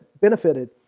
benefited